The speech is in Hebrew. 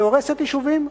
שהורסת יישובים.